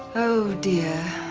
oh, dear.